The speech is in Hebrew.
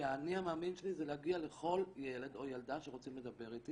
כי אני המאמין שלי זה להגיע לכל ילד או ילדה שרוצים לדבר איתי.